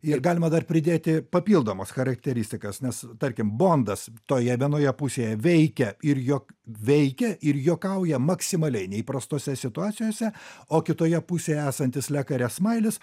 ir galima dar pridėti papildomas charakteristikas nes tarkim bondas toje vienoje pusėje veikia ir jo veikia ir juokauja maksimaliai neįprastose situacijose o kitoje pusėje esantis le kare smailis